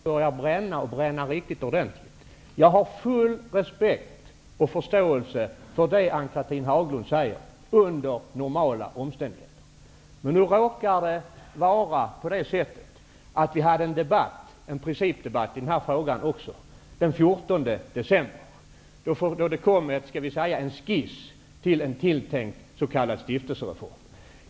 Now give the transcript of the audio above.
Herr talman! Jag förstår att det börjar bränna riktigt ordentligt. Jag har full respekt och förståelse för det Ann-Cathrine Haglund säger under normala omständigheter. Men nu råkar det vara så att vi hade en principdebatt i den här frågan även den 14 december. Då kom det en skiss till en tilltänkt s.k. stiftelsereform.